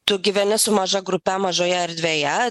tu gyveni su maža grupe mažoje erdvėje